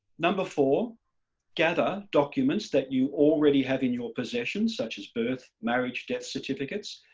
number four gather documents that you already have in your possession, such as birth, marriage, death certificates,